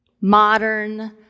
modern